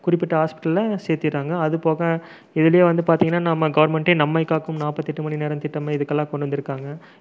குறிப்பிட்ட ஹாஸ்பிட்டலில் சேர்த்திடுறாங்க அது போக இதுலேயே வந்து பார்த்தீங்கன்னா நம்ம கவர்ன்மெண்ட் நம்மை காக்கும் நாற்பத்தெட்டு மணி நேரம் திட்டம் இதுக்கு எல்லாம் கொண்டு வந்திருக்காங்க